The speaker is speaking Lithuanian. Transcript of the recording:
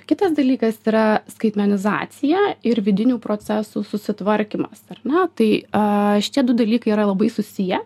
kitas dalykas yra skaitmenizacija ir vidinių procesų susitvarkymas per na tai aaa šitie du dalykai yra labai susiję